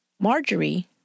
Marjorie